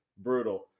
Brutal